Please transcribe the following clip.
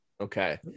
okay